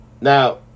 Now